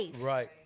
Right